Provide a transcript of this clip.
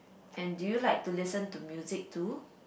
and do you like to listen to music too